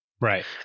Right